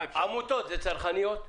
עמותות זה צרכניות?